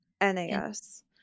NAS